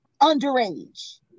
Underage